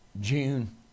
June